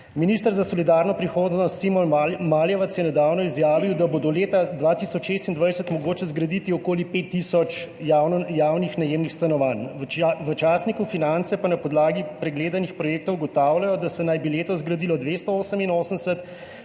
Minister za solidarno prihodnost Simon Maljevac je nedavno izjavil, da bo do leta 2026 mogoče zgraditi okoli pet tisoč javnih najemnih stanovanj. V časniku Finance pa na podlagi pregledanih projektov ugotavljajo, da naj bi se letos zgradilo 288,